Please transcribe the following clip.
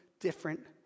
different